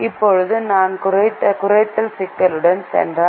இப்போது நாம் குறைத்தல் சிக்கலுக்குச் சென்றால்